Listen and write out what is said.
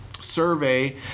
survey